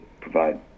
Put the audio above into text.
provide